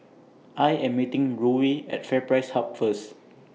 I Am meeting Ruie At FairPrice Hub First